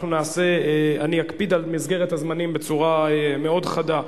אני אקפיד על מסגרת הזמנים בצורה מאוד חדה,